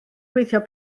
gweithio